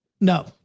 No